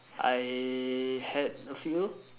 I had a few